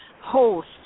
host